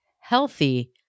healthy